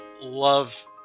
love